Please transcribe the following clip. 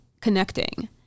connecting